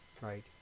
right